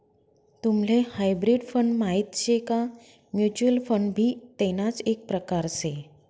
तुम्हले hybrid fund माहित शे का? म्युच्युअल फंड भी तेणाच एक प्रकार से